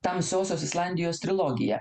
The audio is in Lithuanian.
tamsiosios islandijos trilogiją